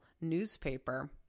newspaper